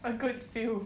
a good few